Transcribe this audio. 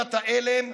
"דוקטרינת ההלם",